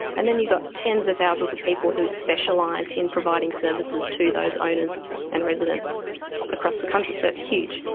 and then you've got tens of thousands of people who specialise in providing services to those owners and residents across the country. so it's huge.